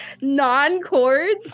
non-chords